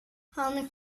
han